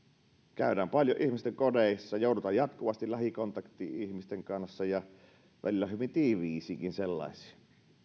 käydään paljon ihmisten kodeissa joudutaan jatkuvasti lähikontakteihin ihmisten kanssa ja välillä hyvin tiiviisiinkin sellaisiin